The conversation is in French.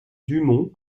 dumont